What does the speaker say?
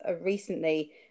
recently